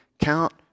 Count